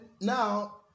now